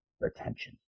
retention